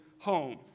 home